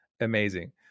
Amazing